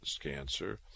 cancer